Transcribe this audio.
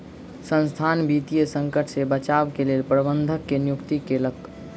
संसथान वित्तीय संकट से बचाव के लेल प्रबंधक के नियुक्ति केलक